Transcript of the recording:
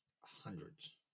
Hundreds